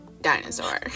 dinosaur